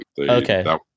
Okay